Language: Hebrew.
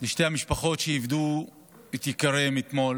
לשתי המשפחות שאיבדו את יקיריהן אתמול